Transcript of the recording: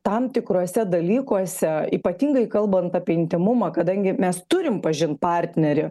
tam tikruose dalykuose ypatingai kalbant apie intymumą kadangi mes turim pažint partnerį